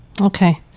Okay